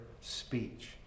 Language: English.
speech